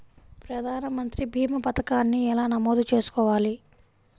ప్రధాన మంత్రి భీమా పతకాన్ని ఎలా నమోదు చేసుకోవాలి?